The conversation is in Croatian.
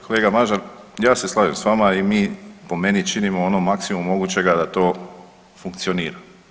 Kolega Mažar ja se slažem s vama i mi po meni činimo ono maksimum mogućega da to funkcionira.